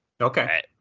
okay